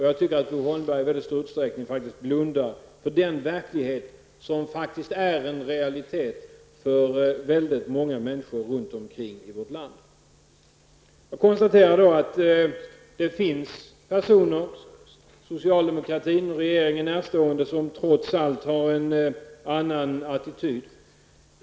Jag tycker att Bo Holmberg i väldigt stor utsträckning blundar för den verklighet som faktiskt är en realitet för många människor i vårt land. Jag konstaterar att det finns personer socialdemokraterna och regeringen närstående som trots allt har en annan attityd.